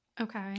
Okay